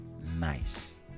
nice